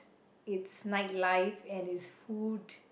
with its nightlife and its food